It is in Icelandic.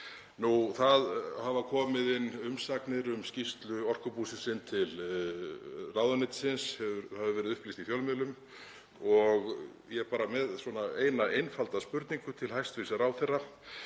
Það hafa komið inn umsagnir um skýrslu Orkubúsins til ráðuneytisins, það hefur verið upplýst í fjölmiðlum. Ég er bara með eina einfalda spurningu til hæstv. ráðherra: